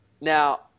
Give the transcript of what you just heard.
Now